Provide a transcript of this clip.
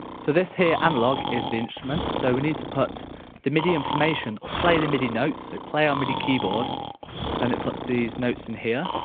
so this here analogue is the instrument so we need to put the midi information or play the midi notes so play our midi keyboard then it puts these notes in here.